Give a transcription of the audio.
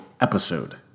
episode